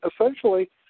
essentially